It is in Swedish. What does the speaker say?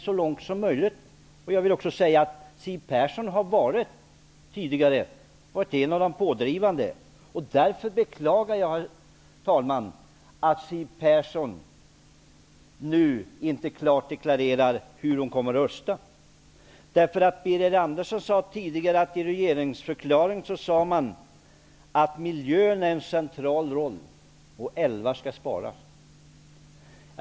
Siw Persson har tidigare varit en av de pådrivande. Därför beklagar jag att Siw Persson nu inte klart deklarerar hur hon kommer att rösta. Birger Andersson sade tidigare att i regeringsförklaringen sade man att miljön har en central roll och att älvar skall sparas.